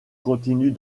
continue